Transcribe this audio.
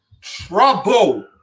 Trouble